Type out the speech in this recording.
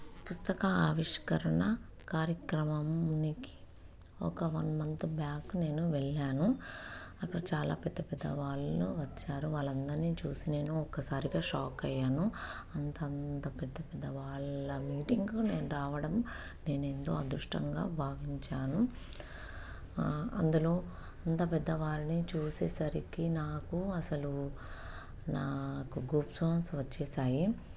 పుస్తక ఆవిష్కరణ కార్యక్రమము ఉనికి ఒక వన్ మంత్ బ్యాక్ నేను వెళ్ళాను అక్కడ చాలా పెద్ద పెద్ద వాళ్ళు వచ్చారు వాళ్ళందరినీ చూసి నేను ఒక్కసారిగా షాక్ అయ్యాను అంతంత పెద్ద పెద్ద వాళ్ళ మీటింగు నేను రావడం నేను ఎంతో అదృష్టంగా భావించాను అందులో అంత పెద్దవారిని చూసేసరికి నాకు అసలు నాకు గూస్బంప్స్ వచ్చేసాయి